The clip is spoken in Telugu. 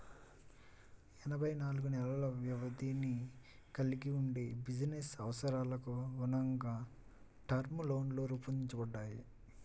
ఎనభై నాలుగు నెలల వ్యవధిని కలిగి వుండి బిజినెస్ అవసరాలకనుగుణంగా టర్మ్ లోన్లు రూపొందించబడ్డాయి